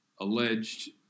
alleged